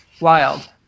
wild